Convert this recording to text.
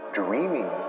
dreaming